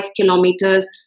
kilometers